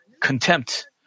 contempt